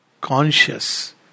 conscious